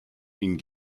ihnen